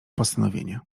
postanowienie